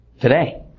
today